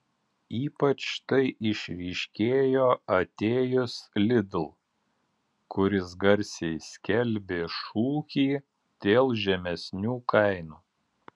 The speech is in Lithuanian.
ypač tai išryškėjo atėjus lidl kuris garsiai skelbė šūkį dėl žemesnių kainų